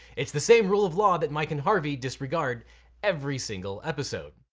it's the same rule of law that mike and harvey disregard every single episode.